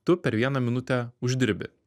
tu per vieną minutę uždirbi